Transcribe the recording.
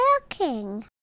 working